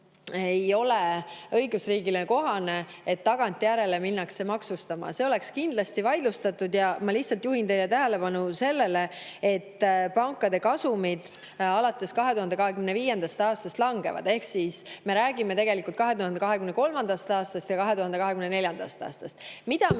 ei ole õigusriigile kohane, et minnakse tagantjärele maksustama. See oleks kindlasti vaidlustatud. Ja ma lihtsalt juhin teie tähelepanu sellele, et pankade kasumid alates 2025. aastast langevad, ehk siis me räägime tegelikult 2023. aastast ja 2024. aastast.